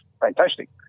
fantastic